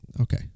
Okay